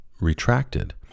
retracted